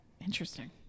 Interesting